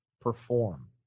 perform